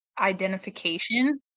identification